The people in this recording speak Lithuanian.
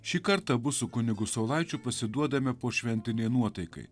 šį kartą abu su kunigu saulaičiu pasiduodame pošventinei nuotaikai